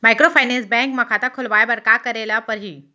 Microfinance bank म खाता खोलवाय बर का करे ल परही?